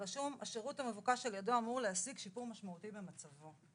כתוב: "השירות המבוקש על ידו אמור להשיג שיפור משמעותי במצבו".